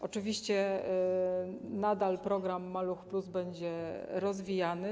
Oczywiście nadal program „Maluch+” będzie rozwijany.